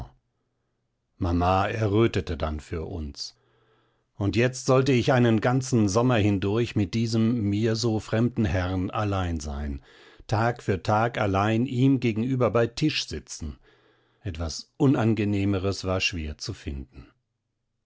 mama errötete dann für uns und jetzt sollte ich einen ganzen sommer hindurch mit diesem mir so fremden herrn allein sein tag für tag allein ihm gegenüber bei tisch sitzen etwas unangenehmeres war schwer zu finden